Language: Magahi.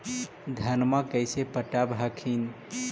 धन्मा कैसे पटब हखिन?